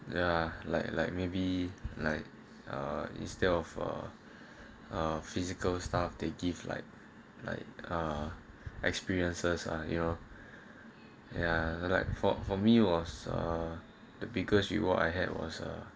ya like like maybe like uh instead of uh uh physical stuff they give like like ah experiences are you know yeah like for for me was uh the biggest reward I had was a